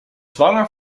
zwanger